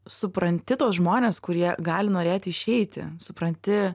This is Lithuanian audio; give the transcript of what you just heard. supranti tuos žmones kurie gali norėti išeiti supranti